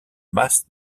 masses